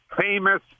famous